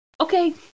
okay